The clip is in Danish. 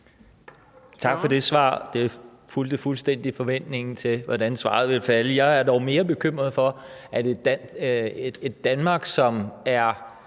Tak for det svar. Det fulgte fuldstændig forventningen til, hvordan svaret ville falde. Jeg er dog mere bekymret for et Danmark, som i